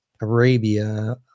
Arabia